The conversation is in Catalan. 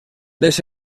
les